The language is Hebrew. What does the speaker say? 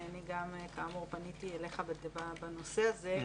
אני גם, כאמור, פניתי אליך בנושא הזה.